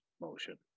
motion